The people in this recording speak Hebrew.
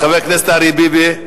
חבר הכנסת אריה ביבי,